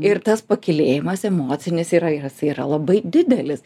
ir tas pakylėjimas emocinis yra yra yra labai didelis